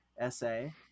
essay